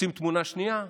רוצים תמונה שנייה?